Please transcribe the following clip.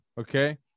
okay